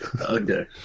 Okay